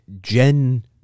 gen